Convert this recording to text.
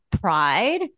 pride